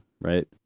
right